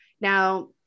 now